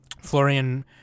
Florian